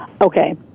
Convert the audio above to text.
Okay